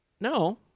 no